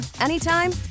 anytime